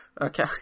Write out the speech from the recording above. Okay